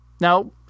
Now